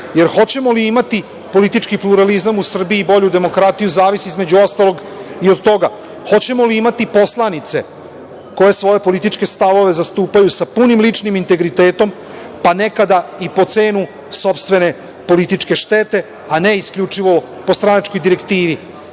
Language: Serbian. hoćemo li imati politički pluralizam u Srbiji i bolju demokratiju zavisi, između ostalog, i od toga hoćemo li imati poslanice koje svoje političke stavove zastupaju sa punim ličnim integritetom, pa nekada i po cenu sopstvene političke štete, a ne isključivo po stranačkoj direktivi. Nisam